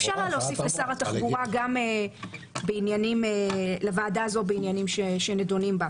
אפשר היה להוסיף לשר התחבורה גם לוועדה הזו בעניינים שנדונים בה.